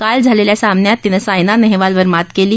काल झालेल्या सामन्यात तीनं सायना नेहवालवर मात केली